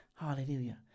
Hallelujah